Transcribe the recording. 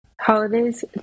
Holidays